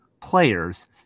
players